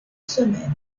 semaine